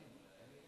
אחריו,